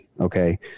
okay